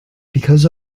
because